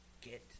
Get